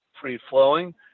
free-flowing